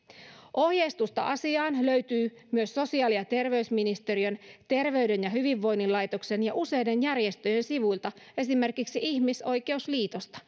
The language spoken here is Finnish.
ohjeistusta asiaan löytyy myös sosiaali ja terveysministeriön terveyden ja hyvinvoinnin laitoksen ja useiden järjestöjen sivuilta esimerkiksi ihmisoikeusliitosta